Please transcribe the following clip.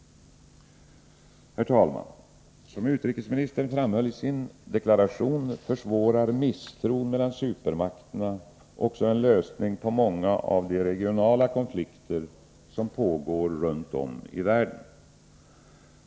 Herr talman! Som utrikesministern framhöll i sin deklaration försvårar misstron mellan supermakterna också en lösning på många av de regionala konflikter som pågår runt om i världen.